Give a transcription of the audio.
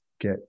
get